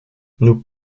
nous